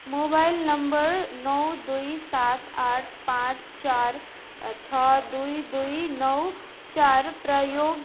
mobile number नौ दुई सात आठ पाँच चार छ दुई दुई नौ चार प्रयोग